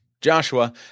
Joshua